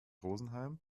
rosenheim